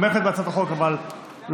אני קובע כי הצעת חוק תובענות ייצוגיות